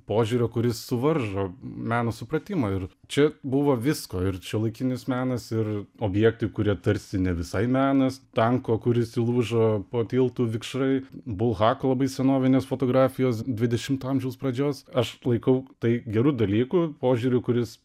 požiūrio kuris suvaržo meno supratimą ir čia buvo visko ir šiuolaikinis menas ir objektai kurie tarsi ne visai menas tanko kuris įlūžo po tiltu vikšrai bulhako labai senovinės fotografijos dvidešimto amžiaus pradžios aš laikau tai geru dalyku požiūriu kuris